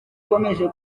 iterambere